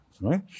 right